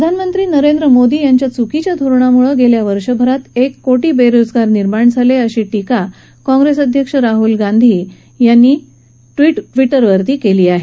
प्रधानमंत्री नरेंद्र मोदी यांच्या चुकीच्या धोरणामुळं गेल्या वर्षभरात एक कोरी बेरोजगार निर्माण झाले अशी र्फिका काँप्रेस अध्यक्ष राहूल गांधी यांनी केली आहे